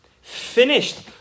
finished